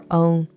own